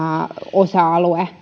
osa alue